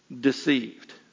deceived